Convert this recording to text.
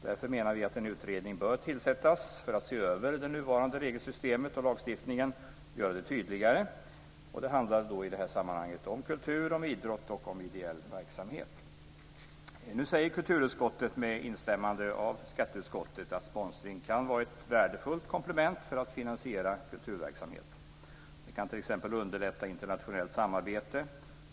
Därför anser vi att en utredning bör tillsättas som ska se över det nuvarande regelsystemet och lagstiftningen så att det blir tydligare. Det handlar då om kultur, idrott och om ideell verksamhet. Nu säger kulturutskottet med instämmande av skatteutskottet att sponsring kan vara ett värdefullt komplement för att finansiera kulturverksamhet. Det kan t.ex. underlätta internationellt samarbete.